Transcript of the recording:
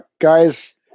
Guys